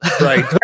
right